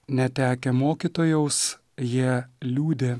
netekę mokytojaus jie liūdi